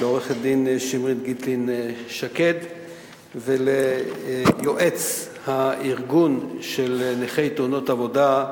לעורכת-הדין שמרית גיטלין-שקד וליועץ הארגון של נכי תאונות עבודה,